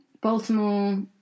Baltimore